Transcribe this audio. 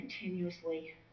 continuously